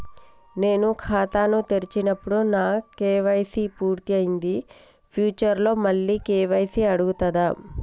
నేను ఖాతాను తెరిచినప్పుడు నా కే.వై.సీ పూర్తి అయ్యింది ఫ్యూచర్ లో మళ్ళీ కే.వై.సీ అడుగుతదా?